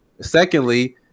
Secondly